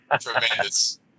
tremendous